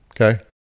Okay